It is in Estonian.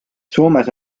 soomes